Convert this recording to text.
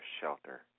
shelter